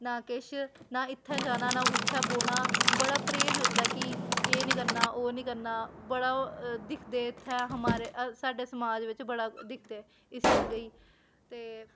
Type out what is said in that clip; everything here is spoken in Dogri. ना किश ना इत्थें जाना ना उत्थें बौह्ना बड़ा परहेज़ होंदा कि एह् नी करना ओह् नी करना बड़ा ओह् दिखदे उत्थें हमारे साड्डे समाज बिच्च बड़ा दिखदे इस चीज़ै ई ते